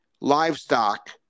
livestock